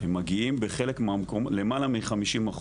הם מגיעים בחלק למעלה מ-50%.